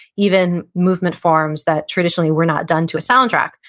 even movement forms that traditionally were not done to a soundtrack,